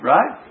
Right